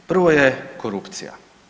Prvo je korupcija.